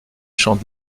champ